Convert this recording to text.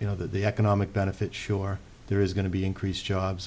you know that the economic benefit sure there is going to be increased jobs